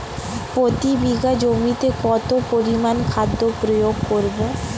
প্রতি বিঘা জমিতে কত পরিমান খাদ্য প্রয়োগ করব?